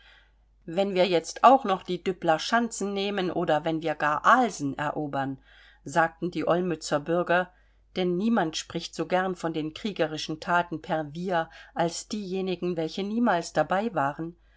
wenn wir jetzt auch noch die düppeler schanzen nehmen oder wenn wir gar alsen erobern sagten die olmützer bürger denn niemand spricht so gern von den kriegerischen thaten per wir als diejenigen welche niemals dabei waren